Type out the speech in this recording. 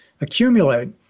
accumulate